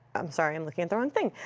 i'm sorry, i'm looking at the wrong thing.